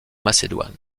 macédoine